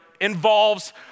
involves